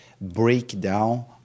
breakdown